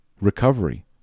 recovery